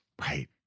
Right